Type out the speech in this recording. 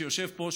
שיושב פה,